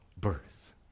birth